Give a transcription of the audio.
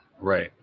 Right